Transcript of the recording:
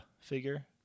figure